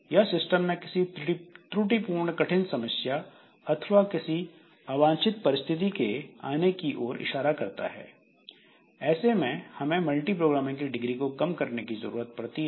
यह सिस्टम में किसी त्रुटिपूर्ण कठिन समस्या अथवा किसी अवांछित परिस्थिति के आने की ओर इशारा करता है और ऐसे में हमें मल्टीप्रोग्रामिंग की डिग्री को कम करने की जरूरत पड़ती है